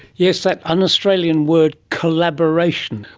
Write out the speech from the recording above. yes, that un-australian word collaboration.